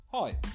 Hi